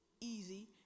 easy